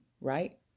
right